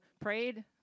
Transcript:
prayed